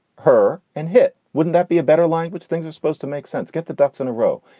her and hit. wouldn't that be a better line? which things are supposed to make sense? get the ducks in a row.